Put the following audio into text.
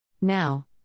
Now